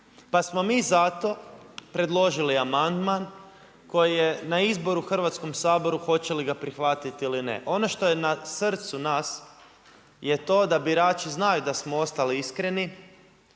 pa smo mi zato predložili amandman koji je na izboru u Hrvatskom saboru hoće li ga prihvatiti ili ne. Ono što je na srcu nas je to da birači znaju da smo ostali iskreni